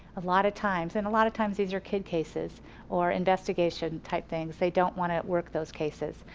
a lot of times, and a lot of times these are kid cases or investigation type things, they don't want to work those cases.